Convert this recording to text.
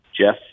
Jeff